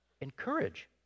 Encourage